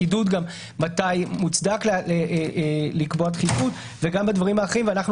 חידוד מתי מוצדק לקבוע דחיפות וגם בדברים האחרים ואנחנו